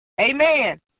Amen